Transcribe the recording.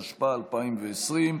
התשפ"א 2020,